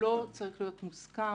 לא צריך להיות מוסכם